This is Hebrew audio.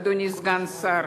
אדוני סגן השר.